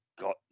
got